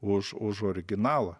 už už originalą